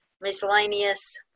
miscellaneous